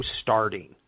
starting